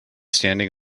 standing